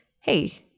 Hey